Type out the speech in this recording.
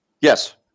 Yes